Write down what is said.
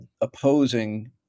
opposing